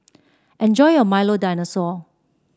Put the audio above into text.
enjoy your Milo Dinosaur